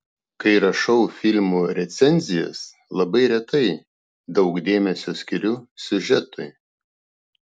kai rašau filmų recenzijas labai retai daug dėmesio skiriu siužetui